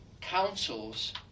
councils